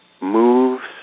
moves